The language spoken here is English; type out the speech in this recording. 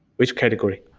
which category?